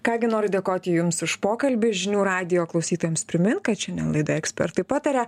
ką gi noriu dėkoti jums už pokalbį žinių radijo klausytojams primint kad šiandien laidoje ekspertai pataria